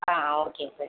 okay sir